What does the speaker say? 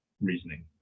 reasoning